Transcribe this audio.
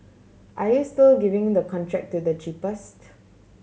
are you still giving the contract to the cheapest